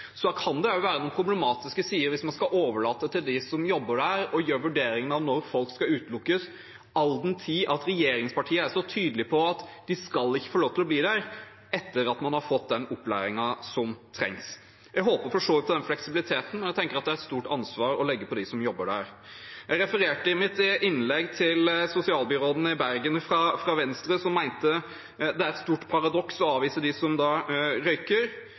så tydelige på at man ikke skal få lov til å bli der etter at man har fått den opplæringen som trengs. Jeg håper for så vidt på den fleksibiliteten, og jeg tenker at det er et stort ansvar å legge på dem som jobber der. Jeg refererte i mitt innlegg til sosialbyråden i Bergen fra Venstre, som mente det er et stort paradoks å avvise dem som røyker. Er det sånn at Venstre har tapt denne kampen i regjering, og hvorfor har ikke regjeringen da